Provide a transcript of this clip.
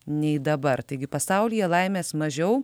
nei dabar taigi pasaulyje laimės mažiau